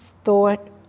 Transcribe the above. thought